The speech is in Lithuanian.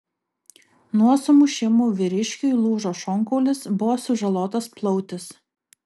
nuo sumušimų vyriškiui lūžo šonkaulis buvo sužalotas plautis